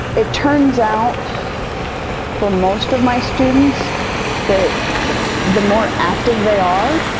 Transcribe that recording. it turns out for most of my students that the more active they are